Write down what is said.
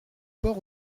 port